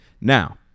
Now